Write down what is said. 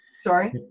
Sorry